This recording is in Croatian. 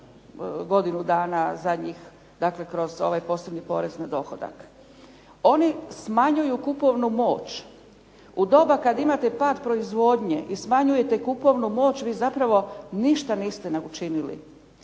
godinu dana zadnjih dakle kroz ovaj posebni porez na dohodak. Oni smanjuju kupovnu moć u doba kad imate pad proizvodnje i smanjujete kupovnu moć, vi zapravo ništa niste učinili.